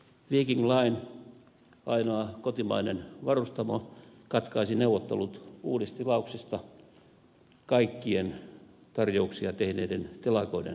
viking line ainoa kotimainen varustamo katkaisi neuvottelut uudistilauksista kaikkien tarjouksia tehneiden telakoiden kanssa